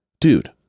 dude